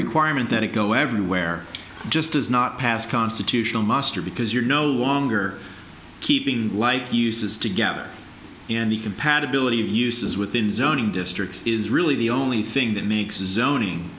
requirement that it go everywhere just does not pass constitutional muster because you're no longer keeping like uses together in the compatibility uses within zoning districts is really the only thing that makes zoning